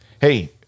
hey